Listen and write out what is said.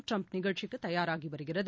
Trump நிகழ்ச்சிக்கு தயாராகி வருகிறது